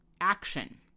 action